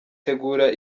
tegura